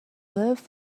live